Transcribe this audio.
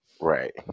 Right